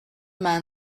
man